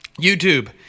YouTube